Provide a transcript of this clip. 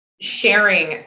sharing